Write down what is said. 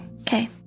Okay